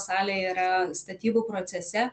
salė yra statybų procese